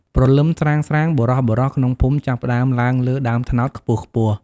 ព្រលឹមស្រាងៗ បុរសៗក្នុងភូមិចាប់ផ្ដើមឡើងលើដើមត្នោតខ្ពស់ៗ។